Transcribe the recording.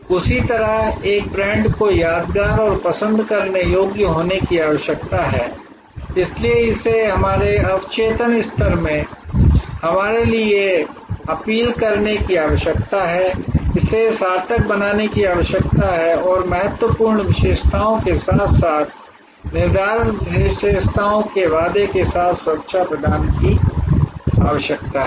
उसी तरह एक ब्रांड को यादगार और पसंद करने योग्य होने की आवश्यकता है इसलिए इसे हमारे अवचेतन स्तर में हमारे लिए अपील करने की आवश्यकता है इसे सार्थक बनाने की आवश्यकता है और महत्वपूर्ण विशेषताओं के साथ साथ निर्धारक विशेषताओं के वादे के साथ सुरक्षा प्रदान करने की आवश्यकता है